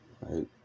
Right